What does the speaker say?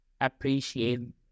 appreciate